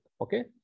Okay